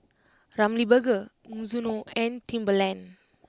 Ramly Burger Mizuno and Timberland